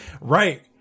right